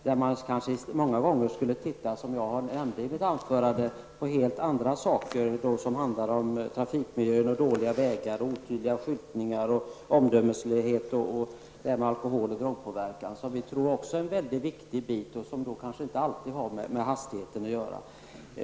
Som jag nämnde i mitt anförande borde man kanske många gånger titta på helt andra saker såsom trafikmiljö, dåliga vägar och dåliga skyltningar, omdömeslöshet och inte minst alkohol och drogpåverkan. Vi tror att detta är en viktig faktor, som inte alltid har direkt med hastigheten att göra.